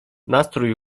nastrój